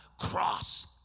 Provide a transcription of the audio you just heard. cross